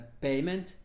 payment